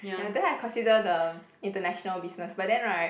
ya then I consider the International Business but then right